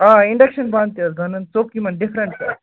آ اِنڈَکشَن بانہٕ تہِ حظ بنن ژوٚک یِمَن ڈِفرَنٹ آسن